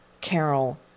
Carol